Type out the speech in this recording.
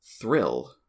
thrill